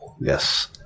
Yes